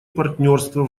партнерство